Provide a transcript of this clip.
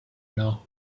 know